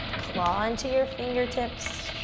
claw into your fingertips.